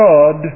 God